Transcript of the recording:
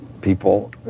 people